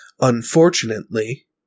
Unfortunately